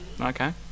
Okay